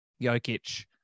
Jokic